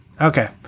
Okay